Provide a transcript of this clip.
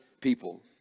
people